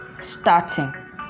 starting